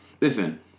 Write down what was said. Listen